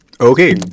Okay